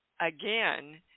again